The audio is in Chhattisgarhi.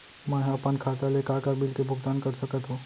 मैं ह अपन खाता ले का का बिल के भुगतान कर सकत हो